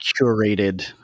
curated